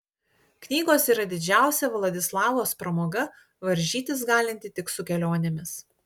knygos yra didžiausia vladislavos pramoga varžytis galinti tik su kelionėmis